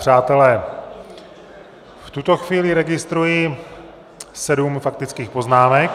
Přátelé, v tuto chvíli registruji sedm faktických poznámek.